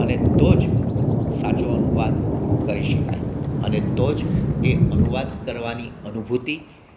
અને તો જ સાચો અનુવાદ કરી શકાય અને તો જ એ અનુવાદ કરવાની અનુભૂતિ